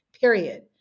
period